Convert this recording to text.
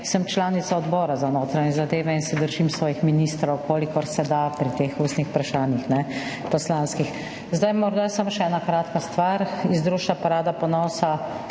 sem članica Odbora za notranje zadeve in se držim svojih ministrov, kolikor se da, pri teh ustnih poslanskih vprašanjih. Zdaj morda samo še ena kratka stvar. Iz društva Parada ponosa